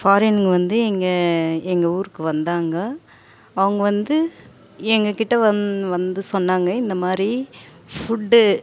ஃபாரினுங்க வந்து இங்கே எங்கள் ஊருக்கு வந்தாங்க அவங்க வந்து எங்கக் கிட்டே வந் வந்து சொன்னாங்கள் இந்தமாதிரி ஃபுட்டு